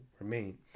remain